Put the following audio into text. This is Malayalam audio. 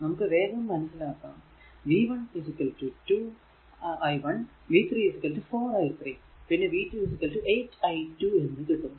നമുക്ക് വേഗം മനസിലാക്കാം v 1 2 i1 v 3 4 i3 പിന്നെ v 2 8 i2 എന്ന് കിട്ടും